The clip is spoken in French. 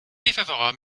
défavorable